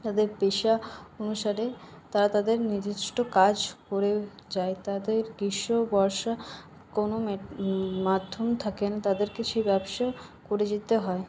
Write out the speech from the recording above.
তাদের পেশা অনুসারে তারা তাদের নির্দিষ্ট কাজ করে যায় তাদের গ্রীষ্ম বর্ষা কোনো মাধ্যম থাকে না তাদেরকে সেই ব্যবসা করে যেতে হয়